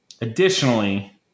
Additionally